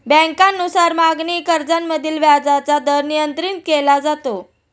बँकांनुसार मागणी कर्जामधील व्याजाचा दर नियंत्रित केला जातो